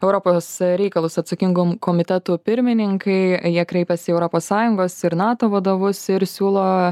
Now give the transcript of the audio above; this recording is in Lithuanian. europos reikalus atsakingų komitetų pirmininkai jie kreipėsi į europos sąjungos ir nato vadovus ir siūlo